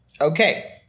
Okay